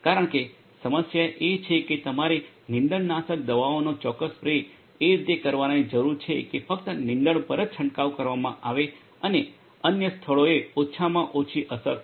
કારણ કે સમસ્યા એ છે કે તમારે નીંદણનાશક દવાઓનો ચોક્કસ સ્પ્રે એ રીતે કરવાની જરૂર છે કે ફક્ત નીંદણ પર જ છંટકાવ કરવામાં આવે અને અન્ય સ્થળોએ ઓછામાં ઓછી અસર થાય